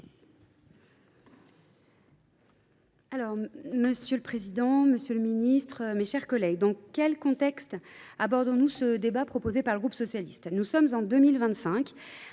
Monsieur le président, monsieur le ministre, mes chers collègues, dans quel contexte abordons nous ce débat proposé par notre groupe ?